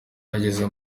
yageze